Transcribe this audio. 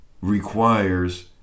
requires